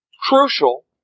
crucial